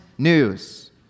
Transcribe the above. news